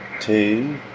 two